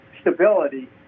stability